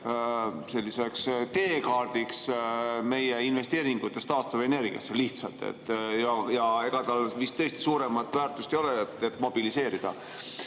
selliseks teekaardiks meie investeeringutest taastuvenergiasse lihtsalt. Ja ega tal vist tõesti suuremat väärtust ei ole kui mobiliseerida